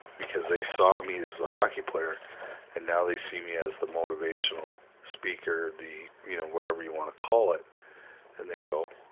because they saw me as the hockey player and now they see me as the motivational speaker, the, you know, whatever you want to call it and they go